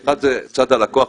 אחד זה צד הלקוח,